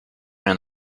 rien